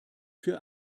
für